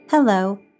Hello